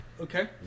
okay